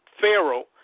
pharaoh